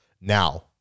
now